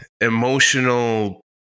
emotional